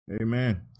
amen